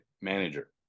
manager